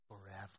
forever